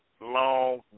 long